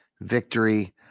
victory